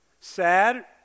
sad